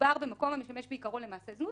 שמדובר במקום המשמש בעיקרו למעשי זנות.